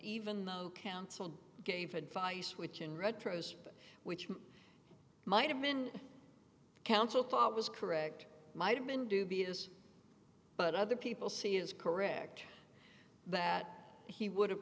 even though counsel gave advice which in retrospect which might have been counsel thought was correct might have been dubious but other people see is correct that he would have